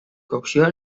cocció